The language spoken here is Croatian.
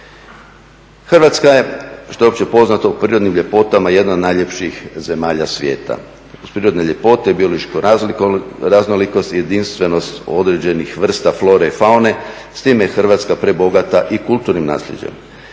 Hrvatska je što je opće poznato prirodnim ljepotama jedna od najljepših zemalja svijeta. Uz prirodne ljepote i biološku raznolikost, jedinstvenost određenih vrsta flore i faune, s tim je Hrvatska prebogata i kulturnih nasljeđem.